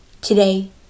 Today